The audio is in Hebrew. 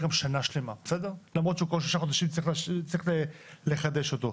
גם שנה שלמה למרות שכל שישה חודשים צריך לחדש אותו.